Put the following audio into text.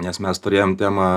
nes mes turėjom temą